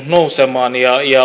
nousemaan